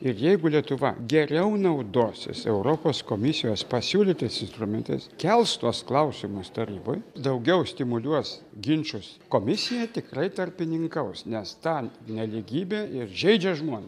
ir jeigu lietuva geriau naudosis europos komisijos pasiūlytais instrumentais kels tuos klausimus taryboj daugiau stimuliuos ginčus komisija tikrai tarpininkaus nes ta nelygybė ir žeidžia žmone